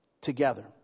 together